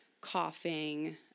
coughing